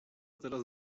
teraz